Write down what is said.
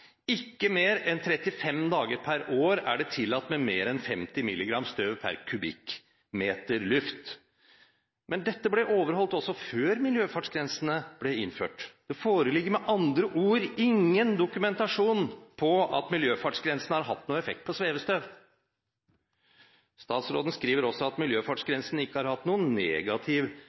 ikke mer enn 35 dager per år er det tillatt med mer enn 50 mg støv per m3 luft. Men dette ble overholdt også før miljøfartsgrensene ble innført. Det foreligger med andre ord ingen dokumentasjon på at miljøfartsgrensen har hatt noen effekt på svevestøv. Statsråden skriver også at miljøfartsgrensen ikke har hatt noen negativ